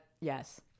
yes